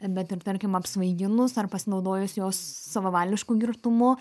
bet ir tarkim apsvaiginus ar pasinaudojus jos savavališku girtumu